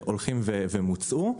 שהולכים וממוצים.